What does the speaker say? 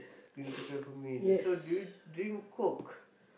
green tea peppermint so do you drink coke